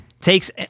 takes